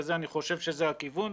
אני חושב שזה הכיוון.